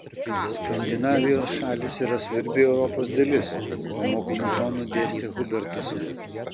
skandinavijos šalys yra svarbi europos dalis pamokomu tonu dėstė hubertas